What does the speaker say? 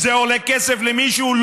זה עולה כסף למישהו?